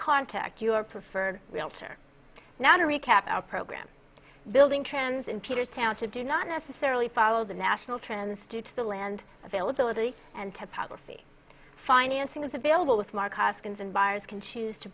contact your preferred realtor now to recap our program building trends in peter's town to do not necessarily follow the national trends due to the land availability and topography financing is available with mark hoskins and buyers can choose to